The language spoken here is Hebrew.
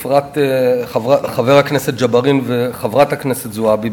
בפרט של חבר הכנסת ג'בארין וחברת הכנסת זועבי.